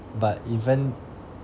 but even